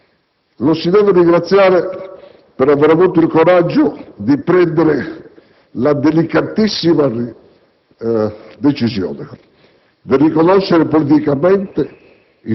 Lo si deve ringraziare per avere avuto il coraggio di prendere la delicatissima decisione di riconoscere politicamente